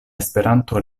esperanto